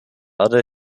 erde